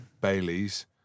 Baileys